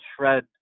shred